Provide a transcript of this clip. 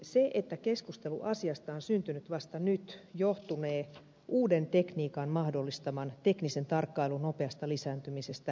se että keskustelu asiasta on syntynyt vasta nyt johtunee uuden tekniikan mahdollistaman teknisen tarkkailun nopeasta lisääntymisestä